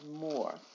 more